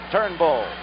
Turnbull